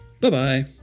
Bye-bye